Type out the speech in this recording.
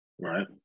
Right